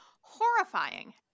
horrifying